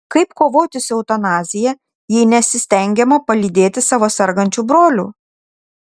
kaip kovoti su eutanazija jei nesistengiama palydėti savo sergančių brolių